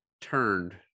turned